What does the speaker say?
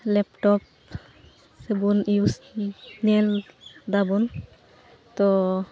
laptop ᱥᱮᱵᱚᱱ use ᱧᱮᱞᱮᱫᱟᱵᱚᱱ ᱛᱚ